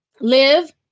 live